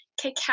Cacao